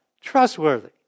trustworthy